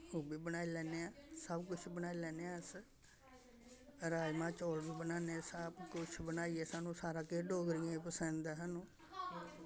ओह् बी बनाई लैन्ने आं सब्भ कुछ बनाई लैन्ने अस राजमाह् चौल बी बनान्ने सब्भ कुछ बनाइयै सानूं सारा किश डोगरियें गी पसंद ऐ सानूं